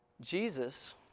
Jesus